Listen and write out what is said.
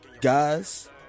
guys